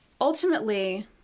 ultimately